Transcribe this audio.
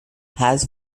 has